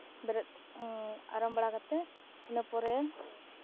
ᱵᱮᱨᱮᱫ ᱟᱨᱟᱢ ᱵᱟᱲᱟ ᱠᱟᱛᱮᱫ ᱤᱱᱟᱹ ᱯᱚᱨᱮ